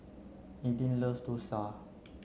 Eden loves Dosa